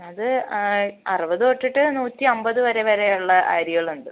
അത് അറുപത് തൊട്ടിട്ട് നൂറ്റി അമ്പത് വരെ വരെയുള്ള അരികളുണ്ട്